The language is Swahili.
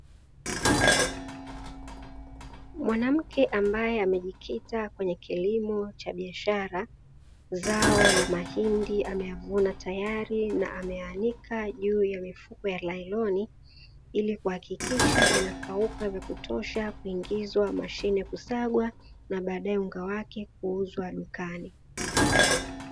Mwanamke aliyekijita katika kilimo cha biashara zao la mahindi, ameyavuna tayari na kuyaanika kwenye mifuko ya nailoni, ili kuhakikisha yanakauaka vya kutosha ili kusagwa na unga wake kuuzwa dukani.